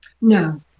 No